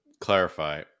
clarify